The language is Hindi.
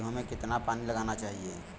गेहूँ में कितना पानी लगाना चाहिए?